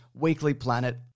weeklyplanet